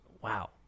wow